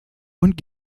und